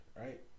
right